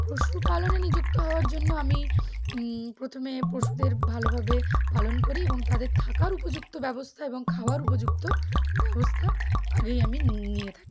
পশুপালনে নিযুক্ত হওয়ার জন্য আমি প্রথমে পশুদের ভালোভাবে পালন করি এবং তাদের থাকার উপযুক্ত ব্যবস্থা এবং খাওয়ার উপযুক্ত ব্যবস্থা আগেই আমি নিয়ে থাকি